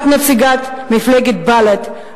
את נציגת מפלגת בל"ד,